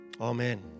Amen